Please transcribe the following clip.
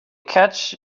catch